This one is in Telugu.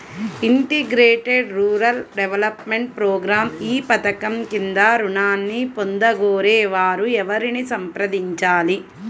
ఇంటిగ్రేటెడ్ రూరల్ డెవలప్మెంట్ ప్రోగ్రాం ఈ పధకం క్రింద ఋణాన్ని పొందగోరే వారు ఎవరిని సంప్రదించాలి?